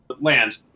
land